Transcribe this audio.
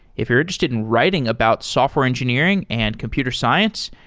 if you're interested in writing about software engineering and computer science,